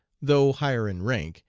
though higher in rank,